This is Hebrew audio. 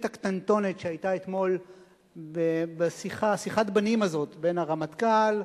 הקטנטונת שהיתה אתמול ב"שיחת בנים" הזאת בין הרמטכ"ל,